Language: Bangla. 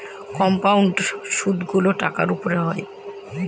কম্পাউন্ড সুদগুলো টাকার উপর হয়